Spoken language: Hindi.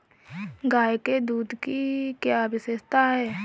गाय के दूध की क्या विशेषता है?